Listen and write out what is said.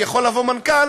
יכול לבוא המנכ"ל